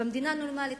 במדינה נורמלית,